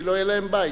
כי לא יהיה להם בית.